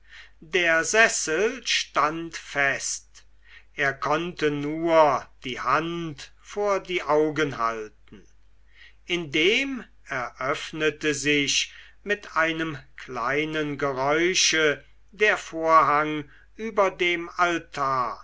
der sessel stand fest er konnte nur die hand vor die augen halten indem eröffnete sich mit einem kleinen geräusche der vorhang über dem altar